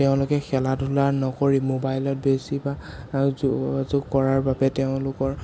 তেওঁলোকে খেলা ধূলা নকৰি মোবাইলত বেছিভাগ কৰাৰ বাবে তেওঁলোকৰ